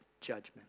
judgment